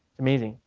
amazing.